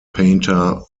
painter